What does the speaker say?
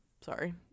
sorry